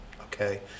okay